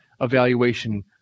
evaluation